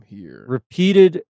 repeated